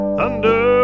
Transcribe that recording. thunder